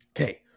Okay